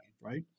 right